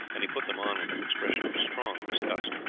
and he put them on with an expression of strong disgust.